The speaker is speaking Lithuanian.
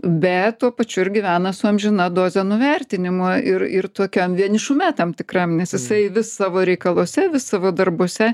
bet tuo pačiu ir gyvena su amžina doze nuvertinimo ir ir tokiam vienišume tam tikram nes jisai vis savo reikaluose vis savo darbuose